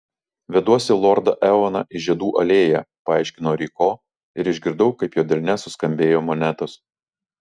veduosi lordą eoną į žiedų alėją paaiškino ryko ir išgirdau kaip jo delne suskambėjo monetos